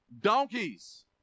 Donkeys